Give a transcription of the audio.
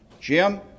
Jim